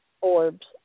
orbs